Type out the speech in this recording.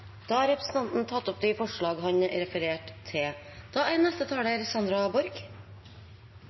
tatt opp de forslagene han refererte til.